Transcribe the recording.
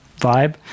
vibe